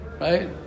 Right